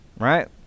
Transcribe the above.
Right